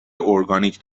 اورگانیک